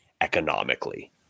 economically